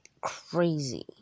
crazy